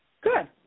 Good